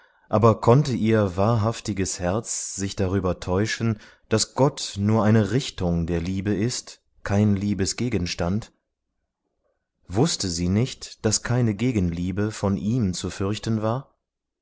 aber konnte ihr wahrhaftiges herz sich darüber täuschen daß gott nur eine richtung der liebe ist kein liebesgegenstand wußte sie nicht daß keine gegenliebe von ihm zu fürchten war